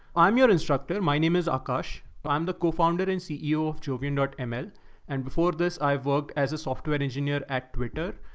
i'm your instructor. my name is aakash. i'm the co-founder and ceo of jovian ml. and before this i've worked as a software engineer at twitter,